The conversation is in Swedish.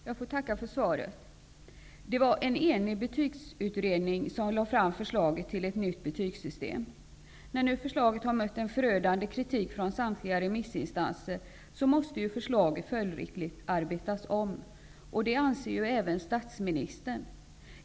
Fru talman! Jag får tacka för svaret. En enig Betygsberedning lade fram förslaget till ett nytt betyggssystem. Eftersom förslaget har mött en förödande kritik från samtliga remissinstanser måste förslaget följdriktigt arbetas om. Det anser även statsministern.